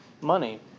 money